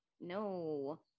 no